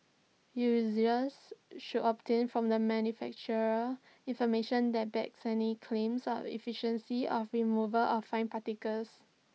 users should obtain from the manufacturer information that backs any claims on efficiency of removal of fine particles